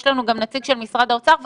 יש לנו נציג של משרד האוצר,